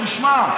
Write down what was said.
תשמע,